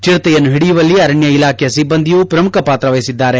ಚಿರತೆಯನ್ನು ಹಿಡಿಯುವಲ್ಲಿ ಅರಣ್ಯ ಇಲಾಖೆಯ ಸಿಬ್ಬಂದಿಯೂ ಪ್ರಮುಖ ಪಾತ್ರ ವಹಿಸಿದ್ದಾರೆ